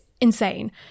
insane